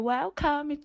Welcome